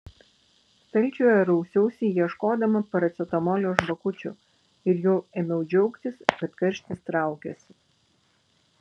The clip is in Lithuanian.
stalčiuje rausiausi ieškodama paracetamolio žvakučių ir jau ėmiau džiaugtis kad karštis traukiasi